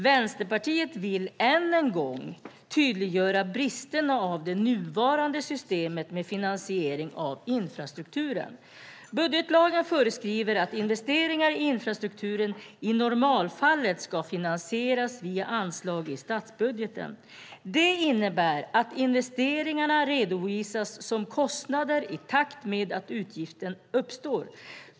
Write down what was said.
Vänsterpartiet vill än en gång tydliggöra bristerna i det nuvarande systemet med finansiering av infrastrukturen. Budgetlagen föreskriver att investeringar i infrastruktur i normalfallet ska finansieras via anslag i statsbudgeten. Det innebär att investeringarna redovisas som kostnader i takt med att utgifterna uppstår.